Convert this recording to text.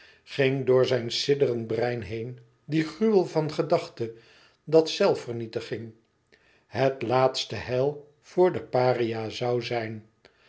ging door zijn sidderend brein heen dien gruwel van gedachte dat zelfvernietiging het laatste heil voor den paria zoû zijn